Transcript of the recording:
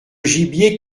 gibier